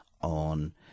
on